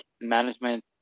management